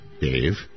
Dave